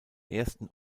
ersten